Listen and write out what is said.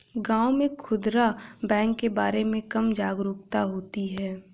गांव में खूदरा बैंक के बारे में कम जागरूकता होती है